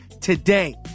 today